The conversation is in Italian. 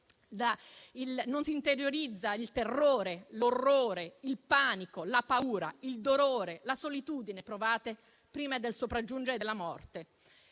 non si interiorizza - il terrore, l'orrore, il panico, la paura, il dolore, la solitudine provate prima del sopraggiungere della morte.